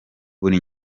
buri